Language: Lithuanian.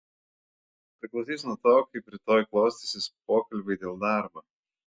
priklausys nuo to kaip rytoj klostysis pokalbiai dėl darbo